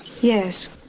Yes